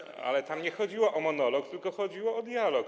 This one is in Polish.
Ale tam nie chodziło o monolog, tylko chodziło o dialog.